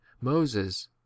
Moses